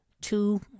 two